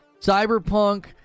Cyberpunk